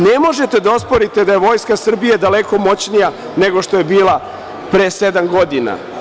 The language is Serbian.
Ne možete da osporite da je Vojska Srbija daleko moćnija nego što je bila pre sedam godina.